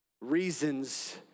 Reasons